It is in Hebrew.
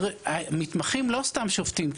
מתמחים לא סתם שובתים.